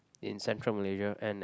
in Central Malaysia and and